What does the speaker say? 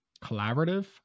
collaborative